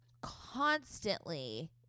constantly